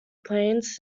plains